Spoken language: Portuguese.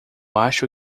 acho